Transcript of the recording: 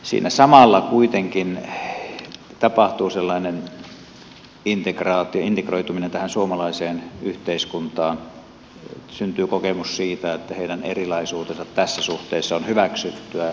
siinä samalla kuitenkin tapahtuu sellainen integroituminen tähän suomalaiseen yhteiskuntaan syntyy kokemus siitä että heidän erilaisuutensa tässä suhteessa on hyväksyttyä